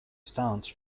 stance